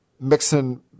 mixing